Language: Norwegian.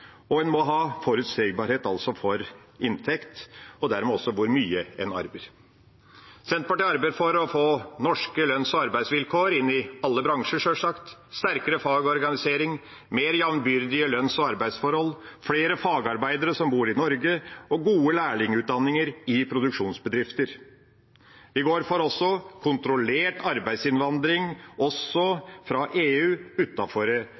og en må ha forutsigbarhet for inntekt og dermed også for hvor mye en arbeider. Senterpartiet arbeider for å få norske lønns- og arbeidsvilkår inn i alle bransjer – sjølsagt: sterkere fagorganisering, mer jambyrdige lønns- og arbeidsforhold, flere fagarbeidere som bor i Norge, og gode lærlingutdanninger i produksjonsbedrifter. Vi går inn for kontrollert arbeidsinnvandring,